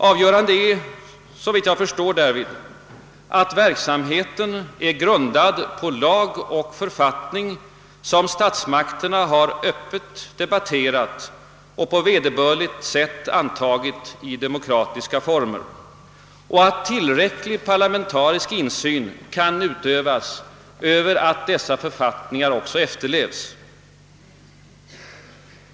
Avgörande är, såvitt jag förstår, därvid att verksamheten är grundad på lag och författning som statsmakterna har öppet debatterat och på vederbörligt sätt antagit i demokratiska former och att tillräcklig parlamentarisk insyn kan utövas över att dessa författningar också efterleves.